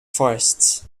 forests